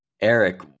Eric